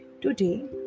Today